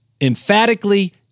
Emphatically